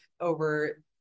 over